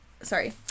sorry